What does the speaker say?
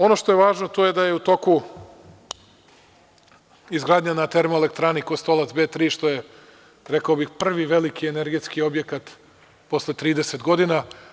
Ono što je važno, to je da je u toku izgradnja na Termoelektrani „Kostolac B3“, što je, rekao bih, prvi veliki energetski objekat posle 30 godina.